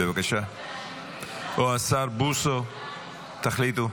או השר בוסו, תחליטו.